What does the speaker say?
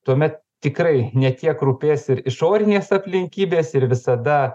tuomet tikrai ne tiek rūpės ir išorinės aplinkybės ir visada